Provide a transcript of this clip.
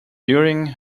during